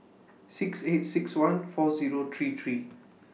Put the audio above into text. six eight six one four Zero three three